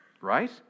right